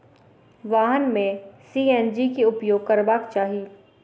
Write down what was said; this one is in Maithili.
वाहन में सी.एन.जी के उपयोग करबाक चाही